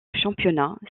championnat